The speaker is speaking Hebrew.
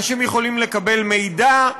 אנשים יכולים לקבל מידע,